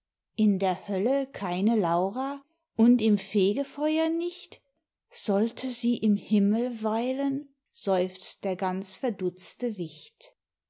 in der hölle keine laura und im fegefeuer nicht sollte sie im himmel weilen seufzt der ganz verdutzte wicht